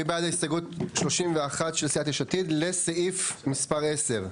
מי בעד ההסתייגות 31 של סיעת יש עתיד לסעיף מספר 10?